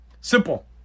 Simple